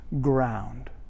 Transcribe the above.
ground